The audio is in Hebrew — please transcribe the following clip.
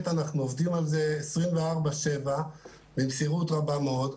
אנחנו עובדים על זה 24/7 במסירות רבה מאוד.